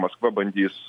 maskva bandys